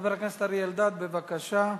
חבר הכנסת אריה אלדד, בבקשה.